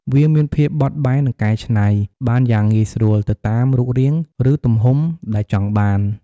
វាមានភាពបត់បែន និងកែច្នៃ បានយ៉ាងងាយស្រួលទៅតាមរូបរាង ឬទំហំដែលចង់បាន។